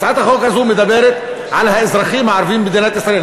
הצעת החוק הזאת מדברת על האזרחים הערבים במדינת ישראל.